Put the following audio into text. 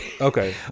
Okay